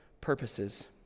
purposes